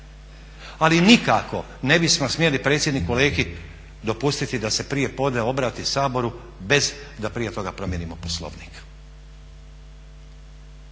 Ali nikako ne bismo smjeli predsjedniku Leki dopustiti da se prije podne obrati Saboru bez da prije toga promijenimo Poslovnik.